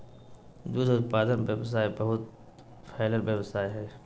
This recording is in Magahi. दूध उत्पादन व्यवसाय बहुत फैलल व्यवसाय हइ